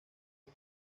más